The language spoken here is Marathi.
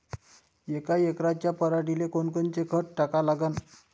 यका एकराच्या पराटीले कोनकोनचं खत टाका लागन?